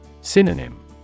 Synonym